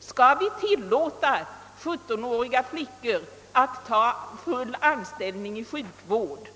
Skall vi tillåta sjuttonåriga flickor att ta full anställning inom sjukvården